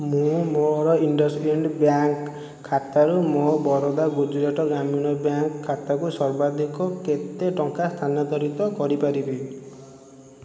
ମୁଁ ମୋର ଇଣ୍ଡସ୍ଇଣ୍ଡ୍ ବ୍ୟାଙ୍କ୍ ଖାତାରୁ ମୋ ବରୋଦା ଗୁଜୁରାଟ ଗ୍ରାମୀଣ ବ୍ୟାଙ୍କ୍ ଖାତାକୁ ସର୍ବାଧିକ କେତେ ଟଙ୍କା ସ୍ଥାନାନ୍ତରିତ କରିପାରିବି